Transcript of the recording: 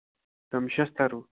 تِم شستٔروٗ